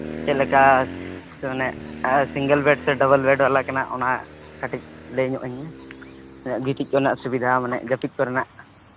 ᱪᱮᱫᱞᱮᱠᱟ ᱢᱟᱱᱮ single bed ᱥᱮ ᱰᱚᱵᱚᱞ ᱵᱮᱹᱰ ᱵᱟᱞᱟ ᱠᱟᱱᱟ ᱚᱱᱟ ᱠᱟᱹᱴᱤᱡ ᱞᱟᱹᱭ ᱧᱚᱜᱼᱟᱹᱧ ᱢᱮ ᱜᱤᱛᱤᱡ ᱠᱚᱨᱮᱱᱟᱜ ᱥᱩᱵᱤᱫᱟ ᱠᱚ ᱡᱟᱹᱯᱤᱫ ᱠᱚᱨᱮᱱᱟᱜ